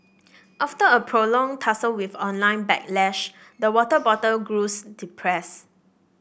after a prolonged tussle with online backlash the water bottle grows depressed